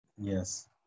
Yes